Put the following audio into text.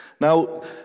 Now